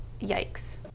yikes